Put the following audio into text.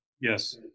Yes